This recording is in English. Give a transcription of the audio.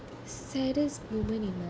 saddest moment in my